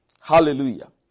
Hallelujah